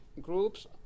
groups